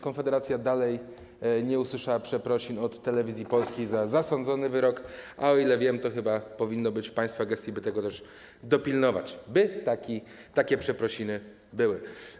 Konfederacja dalej nie usłyszała przeprosin od Telewizji Polskiej za zasądzony wyrok, a o ile wiem, to chyba powinno być w państwa gestii, by tego też dopilnować, by takie przeprosiny były.